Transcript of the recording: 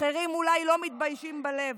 אחרים אולי לא מתביישים בלב,